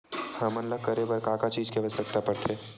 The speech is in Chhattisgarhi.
हमन ला करे बर का चीज के आवश्कता परथे?